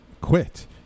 quit